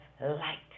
light